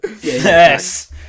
yes